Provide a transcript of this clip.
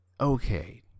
Okay